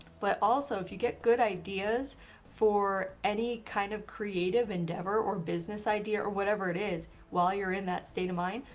but also if you get good ideas for any kind of creative endeavor or business idea or whatever it is while you're in that state of mind,